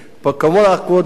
כבוד היושב-ראש,